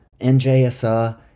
NJSR